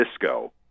disco